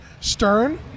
Stern